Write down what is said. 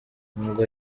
ngo